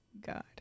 god